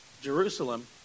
Jerusalem